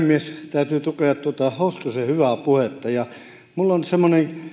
täytyy tukea tuota hoskosen hyvää puhetta minulla on semmoinen